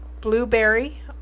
Blueberry